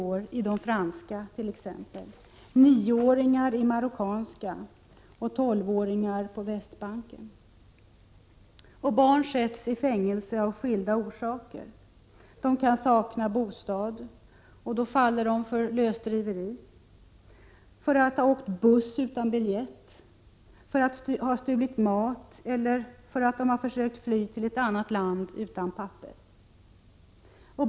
ex de franska fängelserna, nioåringar i marockanska och tolvåringar på Västbanken. Barn sätts i fängelse av skilda orsaker. De kan sakna bostad; då fälls de för lösdriveri. De kan ha åkt buss utan biljett, de kan ha stulit mat eller försökt fly till ett annat land utan papper.